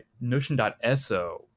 notion.so